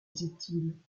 disait